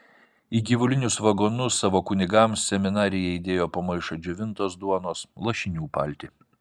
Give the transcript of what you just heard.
į gyvulinius vagonus savo kunigams seminarija įdėjo po maišą džiovintos duonos lašinių paltį